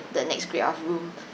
the next grade of room